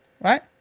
right